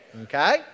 Okay